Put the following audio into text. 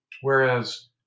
Whereas